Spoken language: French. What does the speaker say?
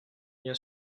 bien